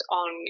on